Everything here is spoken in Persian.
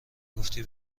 گفتی